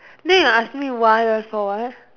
then ask me why for what